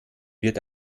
wird